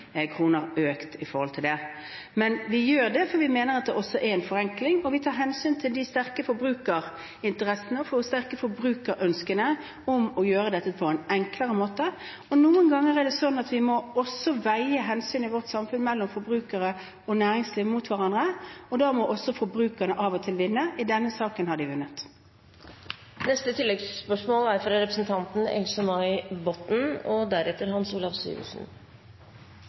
Vi gjør det fordi vi mener at det også er en forenkling, og vi tar hensyn til de sterke forbrukerinteressene og forbrukerønskene om å gjøre dette på en enklere måte. Noen ganger er det sånn at vi i vårt samfunn må veie hensyn til forbrukere og næringsliv mot hverandre, og da må forbrukerne av og til vinne. I denne saken har de vunnet. Else-May Botten – til oppfølgingsspørsmål. Det har kommet sterk kritikk fra både NHO og